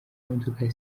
modoka